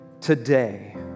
today